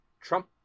Trump